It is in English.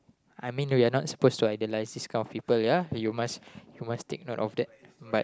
I mean we are not supposed to idolize this kind of people ya you you must must take note of that but